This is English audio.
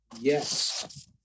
Yes